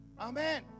amen